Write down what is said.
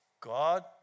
God